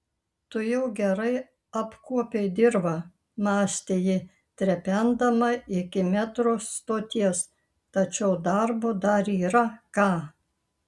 tu jau gerai apkuopei dirvą mąstė ji trependama iki metro stoties tačiau darbo dar yra ką